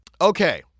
Okay